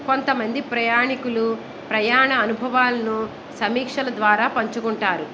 కొంతమంది ప్రయాణీకులు ప్రయాణ అనుభవాలను సమీక్షల ద్వారా పంచుకుంటారు